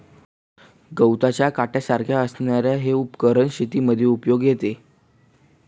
गवताच्या काट्यासारख्या असणारे हे उपकरण शेतीमध्ये उपयोगात येते